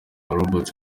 robots